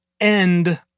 end